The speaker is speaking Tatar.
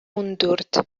ундүрт